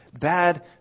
bad